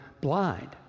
blind